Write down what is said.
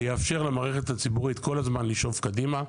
זה יאפשר למערכת הציבורית כל הזמן לשאוף קדימה,